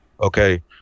Okay